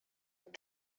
have